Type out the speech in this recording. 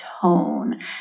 tone